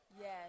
Yes